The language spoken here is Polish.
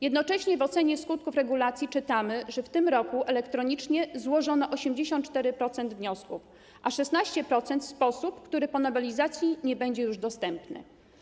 Jednocześnie w ocenie skutków regulacji czytamy, że w tym roku elektronicznie złożono 84% wniosków, a 16% w sposób, który po nowelizacji nie będzie już dostępny.